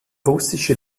russische